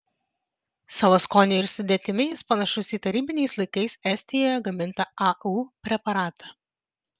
savo skoniu ir sudėtimi jis panašus į tarybiniais laikais estijoje gamintą au preparatą